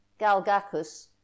galgacus